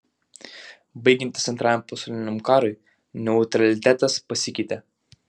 baigiantis antrajam pasauliniam karui neutralitetas pasikeitė